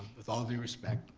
with all due respect,